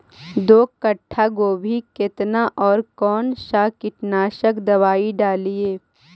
दो कट्ठा गोभी केतना और कौन सा कीटनाशक दवाई डालिए?